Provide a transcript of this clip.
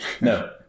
no